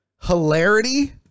hilarity